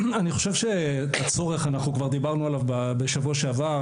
אני חושב שאנחנו כבר דיברנו על הצורך בשבוע שעבר.